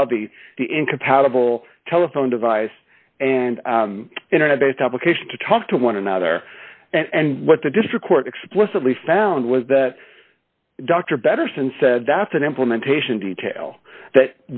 the incompatible telephone device and internet based application to talk to one another and what the district court explicitly found was that dr better since said that's an implementation detail that